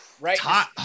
Right